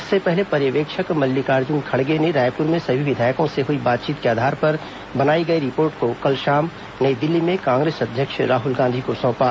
इससे पहले पर्यवेक्षक मल्लिकार्जुन खड़गे ने रायपुर में सभी विधायकों से हुई बातचीत के आधार पर बनाई गई रिपोर्ट को कल शाम नई दिल्ली में कांग्रेस अध्यक्ष राहल गांधी को सौंपा